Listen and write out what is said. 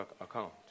account